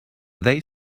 they